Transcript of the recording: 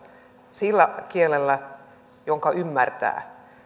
sillä kielellä jonka ymmärtää